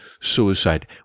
suicide